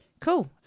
Cool